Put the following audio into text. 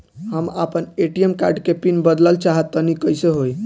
हम आपन ATM card के पीन बदलल चाहऽ तनि कइसे होई?